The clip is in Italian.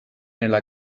nella